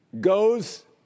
goes